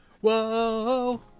Whoa